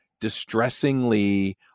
distressingly